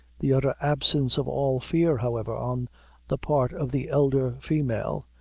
the utter absence of all fear, however, on the part of the elder female,